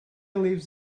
lives